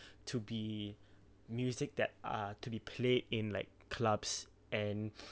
to be music that are to be played in like clubs and